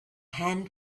hand